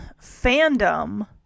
Fandom